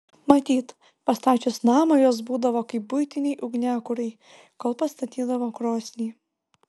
matyt pastačius namą jos būdavo kaip buitiniai ugniakurai kol pastatydavo krosnį